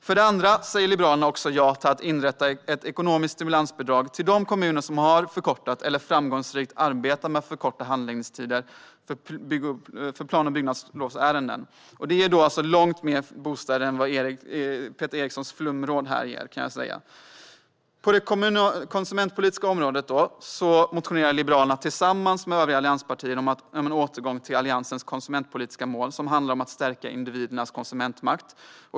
För det andra säger Liberalerna ja till att inrätta ett ekonomiskt stimulansbidrag till de kommuner som har förkortat eller framgångsrikt arbetar med att förkorta handläggningstider för plan och bygglovsärenden. Detta ger långt fler bostäder än vad Peter Erikssons flumråd gör, kan jag säga. På det konsumentpolitiska området motionerar Liberalerna tillsammans med övriga allianspartier om en återgång till Alliansens konsumentpolitiska mål, som handlar om att stärka individernas konsumentmakt.